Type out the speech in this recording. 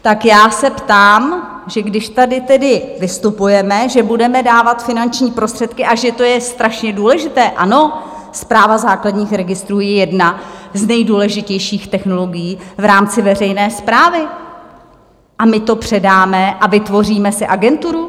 Tak já se ptám, že když tady tedy vystupujeme, že budeme dávat finanční prostředky a že to je strašně důležité ano, Správa základních registrů je jedna z nejdůležitějších technologií v rámci veřejné správy, a my to předáme a vytvoříme si agenturu?